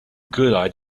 good